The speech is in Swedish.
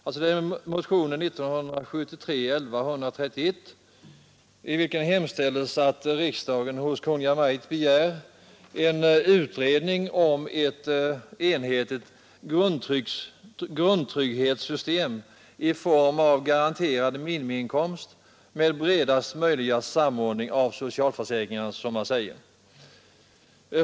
Det gäller motionen 1973:1131, i vilken hemställes ”att riksdagen hos Kungl. Maj:t begär en utredning om ett enhetligt grundtrygghetssystem i form av garanterad minimiinkomst med bredast möjliga samordning av socialförsäkringarna”, som man säger.